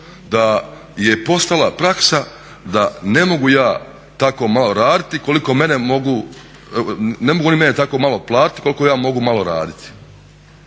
da je postala praksa da ne mogu ja tako malo raditi koliko mene, ne mogu oni